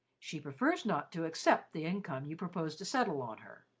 she prefers not to accept the income you proposed to settle on her.